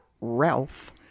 Ralph